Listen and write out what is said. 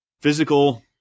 physical